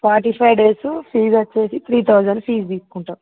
forty five days fee వచ్చి three thousand fees తీసుకుంటాం